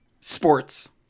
sports